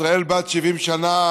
ישראל בת 70 שנה.